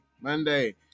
monday